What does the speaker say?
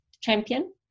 champion